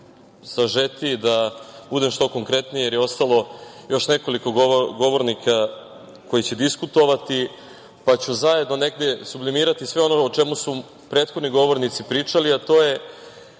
sažetiji, da budem što konkretniji jer je ostalo još nekoliko govornika koji će diskutovati, pa ću zajedno negde sublimirati sve ono o čemu su prethodni govornici pričali, a to je